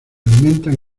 alimentan